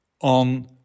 on